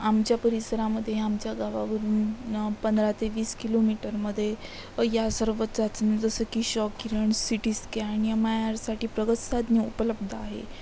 आमच्या परिसरामध्ये आमच्या गावावरून पंधरा ते वीस किलोमीटरमध्ये या सर्वच चाचण्या जसं की क्ष किरण सिटीस्कॅन एम आय आरसाठी प्रगत साधने उपलब्ध आहे